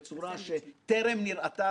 בערך?